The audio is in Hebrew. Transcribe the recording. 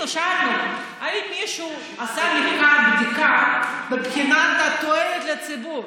אנחנו שאלנו: האם מישהו עשה בדיקה מבחינת התועלת לציבור?